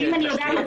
אנחנו מדברים